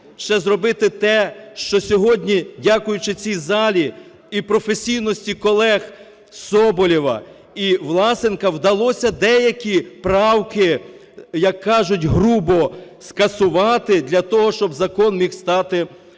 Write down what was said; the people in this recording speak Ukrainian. ще зробити те, що сьогодні, дякуючи цій залі і професійності колег Соболєва і Власенка, вдалося деякі правки, як кажуть, грубо скасувати для того, щоб закон міг стати більш